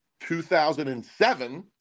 2007